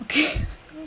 okay